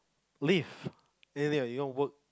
leave anything even work